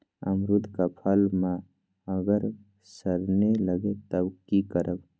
अमरुद क फल म अगर सरने लगे तब की करब?